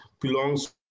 belongs